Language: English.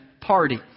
party